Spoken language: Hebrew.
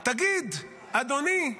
תגיד, אדוני,